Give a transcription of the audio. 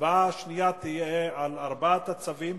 הצבעה שנייה תהיה על ארבעת הצווים,